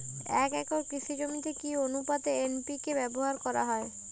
এক একর কৃষি জমিতে কি আনুপাতে এন.পি.কে ব্যবহার করা হয়?